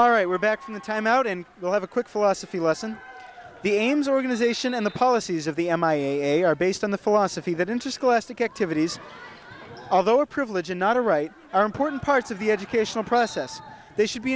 all right we're back from the timeout and we'll have a quick philosophy lesson the aims organization and the policies of the m i a are based on the philosophy that interscholastic activities although a privilege and not a right are important parts of the educational process they should be